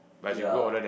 ya